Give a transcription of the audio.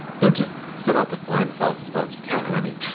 don't just set out to find the fastest parts you can, i mean,